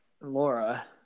laura